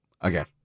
again